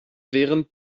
während